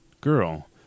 girl